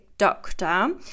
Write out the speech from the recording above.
doctor